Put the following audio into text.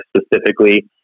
specifically